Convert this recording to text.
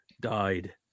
died